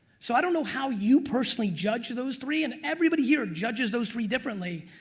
so i don't know how you personally judge those three and everybody here judges those three differently,